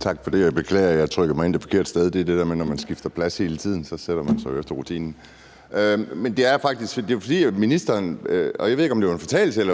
Tak for det. Jeg beklager, at jeg trykkede mig ind det forkerte sted; det er det der med rutinen, når man skifter plads hele tiden. Jeg ved ikke, om det var en fortalelse,